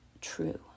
true